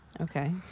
Okay